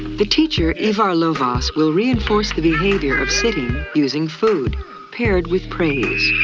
the teacher, ivar lovaas, will reinforce the behavior of sitting using food paired with praise.